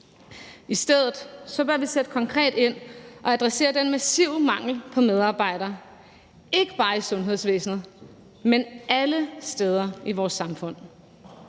I stedet bør vi sætte konkret ind og adressere den massive mangel på medarbejdere ikke bare i sundhedsvæsenet, men alle steder i vores samfund.